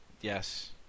Yes